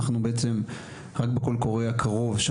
אנחנו בעצם רק בקול קורא הקרוב,